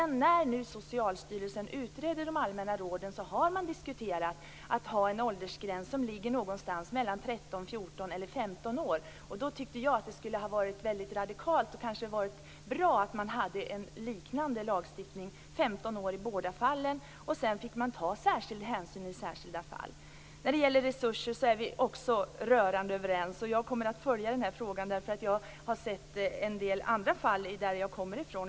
När nu Socialstyrelsen utreder de allmänna råden har man diskuterat en åldersgräns som ligger någonstans mellan 13 och 15 år. Jag tycker att det skulle ha varit väldigt radikalt och bra om man hade en liknande lagstiftning - 15 år i båda fallen. Sedan fick man ta särskild hänsyn i särskilda fall. När det gäller resurser är vi också rörande överens. Jag kommer att följa frågan därför att jag har stött på en del andra fall på den plats som jag kommer ifrån.